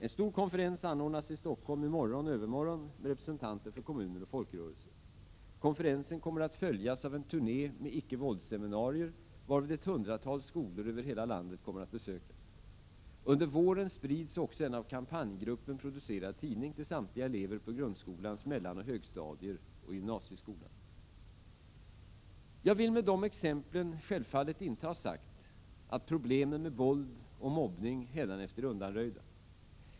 En stor konferens anordnas i Stockholm i morgon och övermorgon med representanter för kommuner och folkrörelser. Konferensen kommer att följas av en turné med icke-våldsseminarier, varvid ett hundratal skolor över hela landet kommer att besökas. Under våren sprids också en av kampanjgruppen producerad tidning till samtliga elever på grundskolans mellanoch högstadier och gymnasieskolan. Jag vill med dessa exempel självfallet inte ha sagt att problemen med våld och mobbning hädanefter är undanröjda.